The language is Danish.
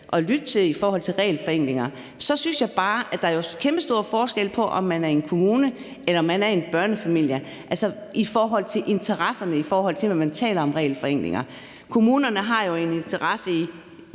lytte til i forhold til regelforenklinger. Så synes jeg bare, at der er kæmpestor forskel på, om man er i en kommune, eller om man er i en børnefamilie i forhold til interesserne, og i forhold til hvad man taler om, når man taler om regelforenklinger. Kommunerne har jo en interesse i,